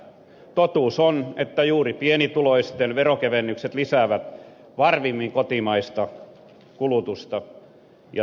totuus on että juuri pienituloisten veronkevennykset lisäävät varmimmin kotimaista kulutusta ja työllisyyttä